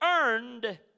earned